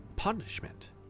Punishment